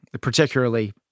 particularly